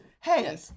hey